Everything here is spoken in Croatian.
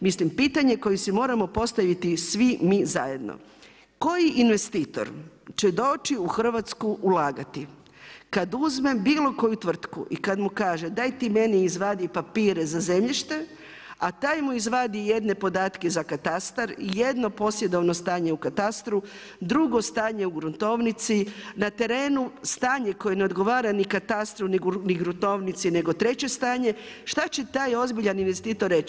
Mislim pitanje koje si moramo postaviti svi mi zajedno, koji investitor će doći u Hrvatsku ulagati, kada uzme bilo koju tvrtku i kada mu kaže, daj ti meni izvadi papire za zemljište a taj mu izvadi jedne podatke za katastar, jedno posjedovno stanje u katastru, drugo stanje u gruntovnici, na terenu stanje koje ne odgovara ni katastru ni gruntovnici nego treće stanje, šta će taj ozbiljan investitor reći?